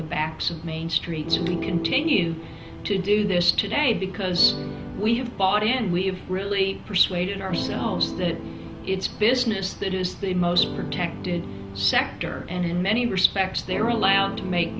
the backs of main streets and we continue to do this today because we have bought in we have really persuaded ourselves that it's business that is the most protected sector and in many respects they're allowed to make